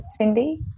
Cindy